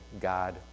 God